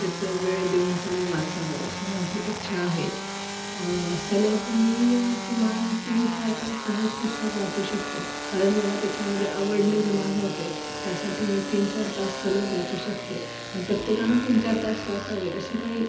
त्याचं वेळ देऊन तुम्ही वाचावं अशी माझी इच्छा आहे सलग मी किमान तीन चार तास सहज पुस्तक वाचू शकते कारण मला त्याच्यामध्ये आवड निर्माण होते त्यासाठी मी तीन चार तास सलग वाचू शकते पण प्रत्येकानं तीन चार तास वाचावे अशी काही